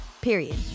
Period